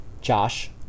Josh